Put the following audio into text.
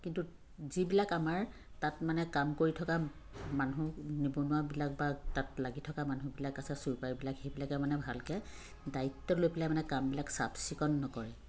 কিন্তু যিবিলাক আমাৰ তাত মানে কাম কৰি থকা মানুহ নিবনুৱাবিলাক বা তাত লাগি থকা মানুহবিলাক আছে চুইপাৰবিলাক সেইবিলাকে মানে ভালকৈ দায়িত্ব লৈ পেলাই মানে কামবিলাক চাফচিকুণ নকৰে